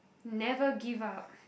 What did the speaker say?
never give up